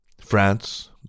France